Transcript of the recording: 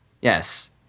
Yes